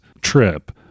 trip